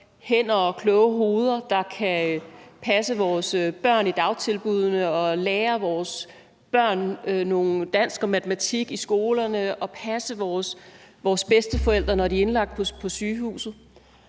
hænder og kloge hoveder, der kan passe vores børn i dagtilbuddene og lære vores børn noget dansk og matematik i skolerne og passe vores bedsteforældre, når de er indlagt på sygehuset.